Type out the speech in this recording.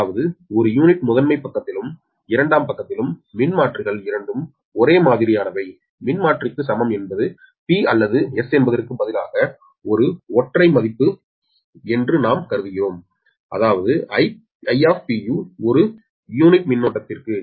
அதாவது ஒரு யூனிட் முதன்மை பக்கத்திலும் இரண்டாம் பக்கத்திலும் மின்மாற்றிகள் இரண்டும் ஒரே மாதிரியானவை மின்மாற்றிக்கு சமம் என்பது p அல்லது s என்பதற்கு பதிலாக ஒரு ஒற்றை மதிப்பு என்று நாம் கருதுகிறோம் that I𝒑u ஒரு யூனிட் மின்னோட்டத்திற்கு